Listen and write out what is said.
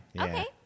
Okay